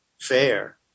fair